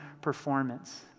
performance